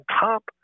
top